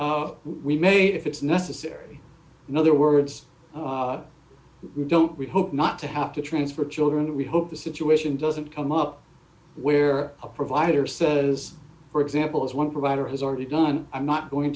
we made if it's necessary in other words we don't we hope not to have to transfer children and we hope the situation doesn't come up where a provider says for example it's one provider has already done i'm not going